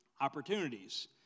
opportunities